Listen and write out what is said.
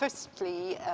firstly,